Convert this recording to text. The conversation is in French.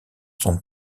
son